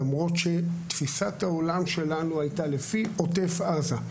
למרות שתפיסת העולם שלנו הייתה לפי עוטף עזה.